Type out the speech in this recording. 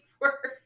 work